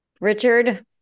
Richard